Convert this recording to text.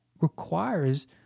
requires